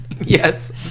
Yes